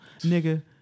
Nigga